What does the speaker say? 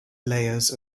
layers